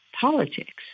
politics